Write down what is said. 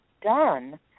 done